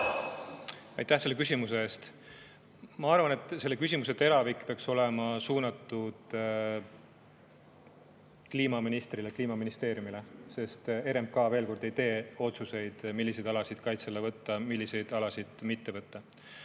Aitäh selle küsimuse eest! Ma arvan, et selle küsimuse teravik peaks olema suunatud Kliimaministeeriumile, sest RMK, veel kord, ei tee otsuseid, milliseid alasid kaitse alla võtta, milliseid alasid mitte võtta.